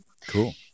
Cool